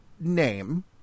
name